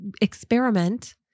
experiment